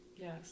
Yes